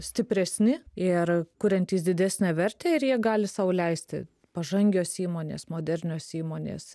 stipresni ir kuriantys didesnę vertę ir jie gali sau leisti pažangios įmonės modernios įmonės